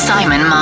Simon